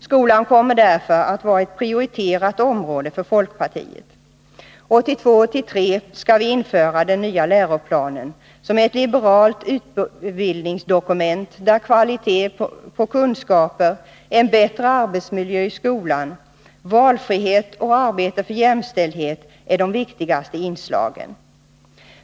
Skolan kommer därför att vara ett prioriterat område för folkpartiet. 1982/83 skall vi införa den nya läroplanen, som är ett liberalt utbildningsdokument, där kvalitet på kunskaper, en bättre arbetsmiljö i skolan, valfrihet och arbete för jämställdhet är de viktigaste inslagen.